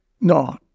no